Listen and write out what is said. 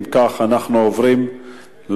אם כך, אנחנו עוברים להצבעה.